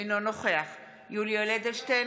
אינו נוכח יולי יואל אדלשטיין,